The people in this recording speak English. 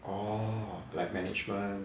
orh like management